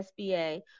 SBA